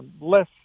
less